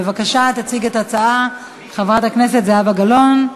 בבקשה, תציג את ההצעה חברת הכנסת זהבה גלאון.